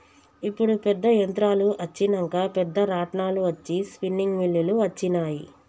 ఇప్పుడు పెద్ద యంత్రాలు అచ్చినంక పెద్ద రాట్నాలు అచ్చి స్పిన్నింగ్ మిల్లులు అచ్చినాయి